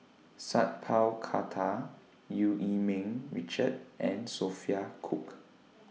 Sat Pal Khattar EU Yee Ming Richard and Sophia Cooke